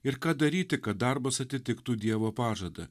ir ką daryti kad darbas atitiktų dievo pažadą